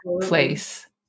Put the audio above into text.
place